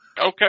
Okay